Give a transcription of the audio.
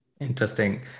Interesting